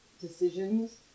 decisions